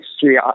history